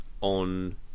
on